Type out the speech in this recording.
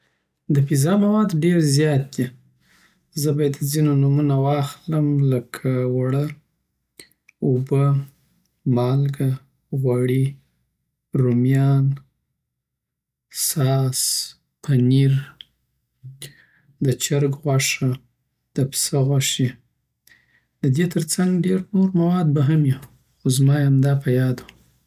دپیزا مواد ډير زیات دی زه به یی دځینو نومونه واخلم لکه وړه، اوبه، مالګه، غوړی، رومیان ساس، پنیر دچرګ غوښی، دپسه غوښی ددی ترڅنګ ډیر نور مواد به هم یی خو زما همدا په یاد وه